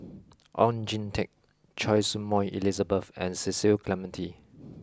Oon Jin Teik Choy Su Moi Elizabeth and Cecil Clementi